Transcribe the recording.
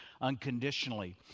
unconditionally